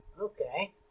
okay